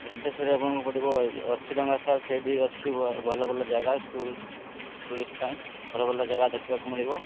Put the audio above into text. ଘଣ୍ଟେଶ୍ୱରୀ ଆପଣଙ୍କୁ ପଡ଼ିବ ଅଶୀ ଟଙ୍କା ସାର୍ ସେଇଠି ଅଛି ଭଲ ଭଲ ଜାଗା ଟୁରି ଟୁରିଷ୍ଟ ପାଇଁ ଭଲ ଜାଗା ଦେଖିବାକୁ ମିଳିବ